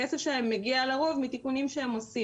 הכסף שלהם מגיע לרוב מתיקונים שהם עושים